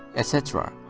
etc.